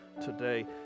today